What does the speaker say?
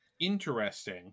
Interesting